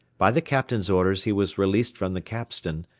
by the captain's orders he was released from the capstan,